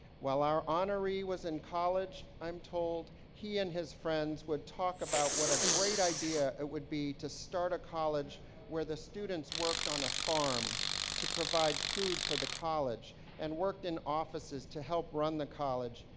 while our honoree was in college, i'm told he and his friends would talk about what a great idea it would be to start a college where the students worked on a farm to provide food for the college and worked in offices to help run the college,